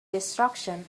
destruction